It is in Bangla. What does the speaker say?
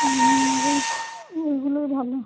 হুম ওই ওইগুলোই ভালো